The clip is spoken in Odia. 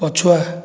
ପଛୁଆ